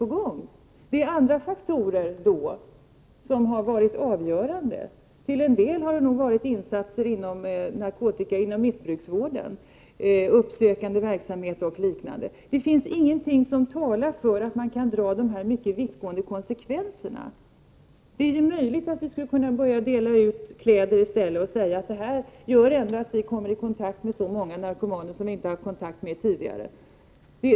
Det är då andra faktorer som varit avgörande. Till en del har det nog varit insatser inom missbruksvården, uppsökande verksamhet och liknande. Det finns alltså ingenting som talar för att man kan dra de här mycket vittgående slutsatserna. Det är möjligt att vi i stället skulle kunna börja dela ut kläder och säga att det gör att vi kommer i kontakt med så många narkomaner som vi inte tidigare haft kontakt med.